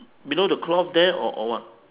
below the cloth there or or what